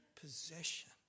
possession